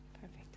Perfect